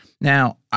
Now